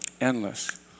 Endless